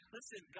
Listen